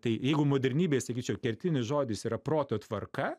tai jeigu modernybėj sakyčiau kertinis žodis yra proto tvarka